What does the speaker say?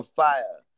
fire